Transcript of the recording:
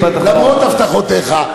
למרות הבטחותיך.